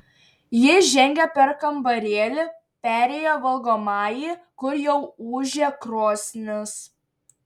ji žengė per kambarėlį perėjo valgomąjį kur jau ūžė krosnis